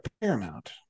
paramount